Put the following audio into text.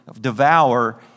devour